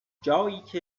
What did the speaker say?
جاییکه